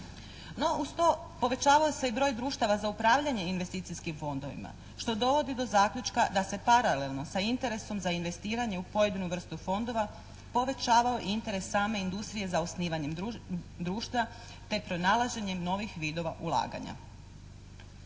No uz to povećavao se i broj društava za upravljanje investicijskim fondovima što dovodi do zaključka da se paralelno sa interesom za investiranje u pojedinu vrstu fondova povećavao i interes same industrije za osnivanje društva te pronalaženjem novih vidova ulaganja.